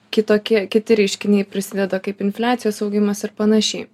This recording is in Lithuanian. kitokie kiti reiškiniai prisideda kaip infliacijos augimas ir panašiai